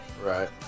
Right